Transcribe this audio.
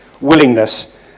willingness